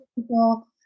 people